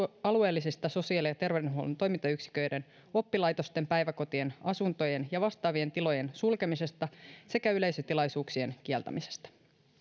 alueellisesta sosiaali ja terveydenhuollon toimintayksiköiden oppilaitosten päiväkotien asuntojen ja vastaavien tilojen sulkemisesta sekä yleisötilaisuuksien kieltämisestä